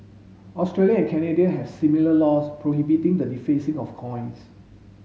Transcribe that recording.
Australia and Canada has similar laws prohibiting the defacing of coins